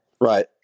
Right